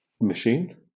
machine